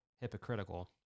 hypocritical